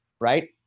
right